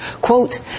Quote